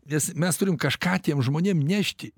nes mes turim kažką tiem žmonėm nešti